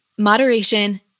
Moderation